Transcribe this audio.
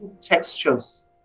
textures